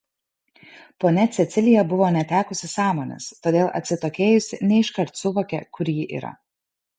ponia cecilija buvo netekusi sąmonės todėl atsitokėjusi ne iškart suvokė kur ji yra